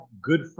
good